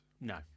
No